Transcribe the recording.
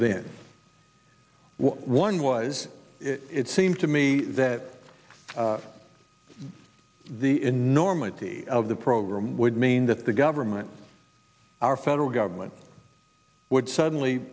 this one was it seemed to me that the enormity of the program would mean that the government our federal government would suddenly